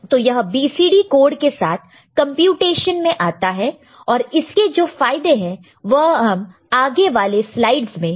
तो यह BCD code के साथ कंप्यूटेशन मैं आता है और इसके जो फायदे हैं वह हम आगे वाले स्लाइड्स में देखेंगे